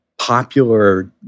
popular